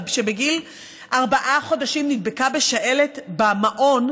שבגיל ארבעה חודשים נדבקה בשעלת במעון,